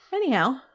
Anyhow